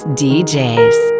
djs